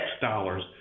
dollars